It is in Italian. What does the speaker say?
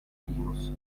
linux